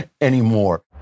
anymore